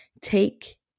take